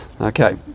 okay